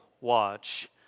watch